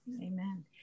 Amen